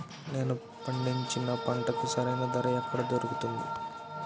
నేను పండించిన పంటకి సరైన ధర ఎక్కడ దొరుకుతుంది?